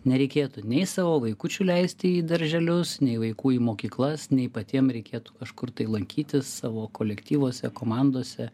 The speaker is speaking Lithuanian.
nereikėtų nei savo vaikučių leisti į darželius nei vaikų į mokyklas nei patiem reikėtų kažkur tai lankytis savo kolektyvuose komandose